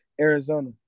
Arizona